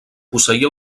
posseïa